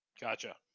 gotcha